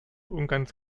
ungarns